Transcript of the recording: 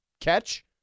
catch